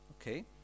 okay